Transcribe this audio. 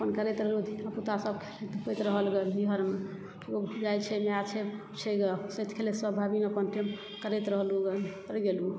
अपन करैत रहलहुँ धियापुता सब खेलैत रहल गऽ नैहरमे लोग जाइ छै माए छै बाप छै गऽ हँसैत खेलैत सब भाए बहिन अपन प्रेम करैत रहलहुँ गऽ